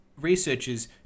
researchers